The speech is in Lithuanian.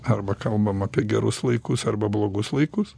arba kalbam apie gerus laikus arba blogus laikus